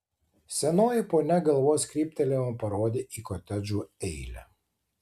senoji ponia galvos kryptelėjimu parodė į kotedžų eilę